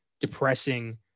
depressing